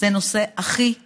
זה הנושא הכי כואב.